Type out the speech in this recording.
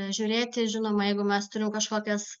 žiūrėti žinoma jeigu mes turim kažkokias